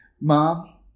Mom